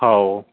हाव